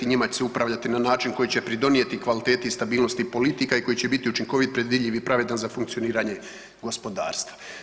Njima će se upravljati na način koji će pridonijeti kvaliteti stabilnosti politika i koji će biti učinkovit, predvidljiv i pravedan za funkcioniranje gospodarstva.